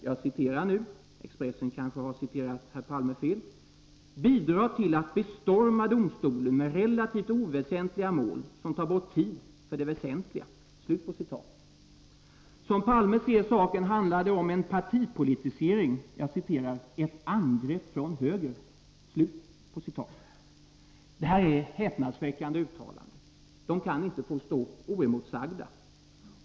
Han säger i denna intervju att regeringsrådet Gustaf Petrén ”bidrar till att bestorma domstolen med relativt oväsentliga mål som tar bort tid för de väsentliga. Som Palme ser saken är det partipolitisering, ett angrepp från höger.” Det här är häpnadsväckande uttalanden. De kan inte få stå oemotsagda.